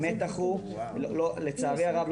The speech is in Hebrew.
המתח הוא לצערי הרב,